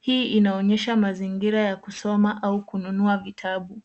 Hii inaonyesha mazingira ya kusoma au kununua vitabu.